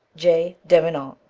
j. devenant.